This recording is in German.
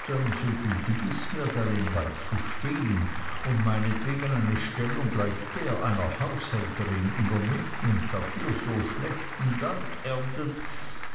so gütig ist mir darin beizustehen und meinetwegen eine stellung gleich der einer haushälterin übernimmt und dafür so schlechten dank erntet